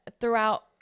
throughout